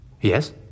Yes